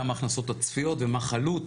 כמה ההכנסות הצפויות ומה חלוט.